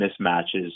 mismatches